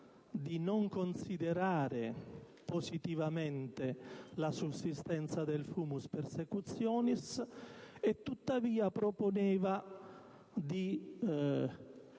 di non considerare positivamente la sussistenza del *fumus persecutionis* e, tuttavia, proponeva di